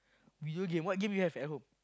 video game what game you have at home